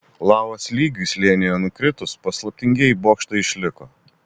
lavos lygiui slėnyje nukritus paslaptingieji bokštai išliko